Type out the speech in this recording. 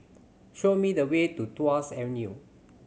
show me the way to Tuas Avenue